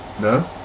no